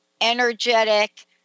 energetic